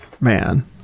man